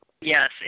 Yes